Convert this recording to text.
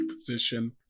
position